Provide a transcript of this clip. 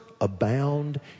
abound